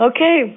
Okay